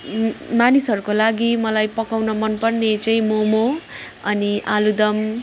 मानिसहरूको लागि मलाई पकाउन मन पर्ने मम अनि आलुदम